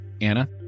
Anna